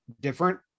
different